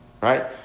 right